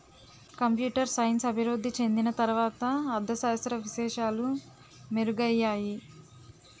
computer science అభివృద్ధి చెందిన తర్వాత అర్ధ శాస్త్ర విశేషాలు మెరుగయ్యాయి